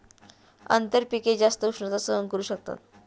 आंतरपिके जास्त उष्णता सहन करू शकतात